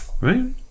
right